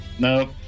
Nope